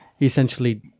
essentially